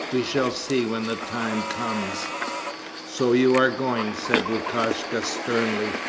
we shall see when the time comes so you are going said lukashka sternly,